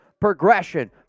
progression